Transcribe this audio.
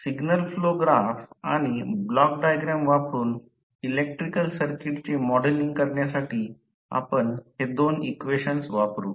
signal flow graph आणि block diagram वापरुन electrical सर्किटचे मॉडेलिंग करण्यासाठी आपण हे दोन इक्वेशन्स वापरु